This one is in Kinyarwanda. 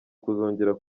kuzongera